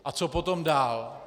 A co potom dál?